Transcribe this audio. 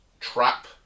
trap